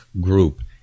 group